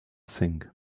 sink